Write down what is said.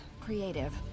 creative